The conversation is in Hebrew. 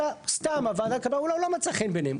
אלא סתם, הוועדה קבעה, הוא לא מצא חן בעיניהם.